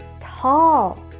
tall